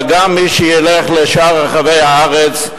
אלא גם מי שילך לשאר רחבי הארץ,